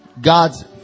God's